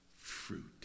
fruit